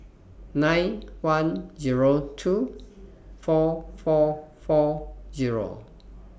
nine one Zero two four four four Zero